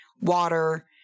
water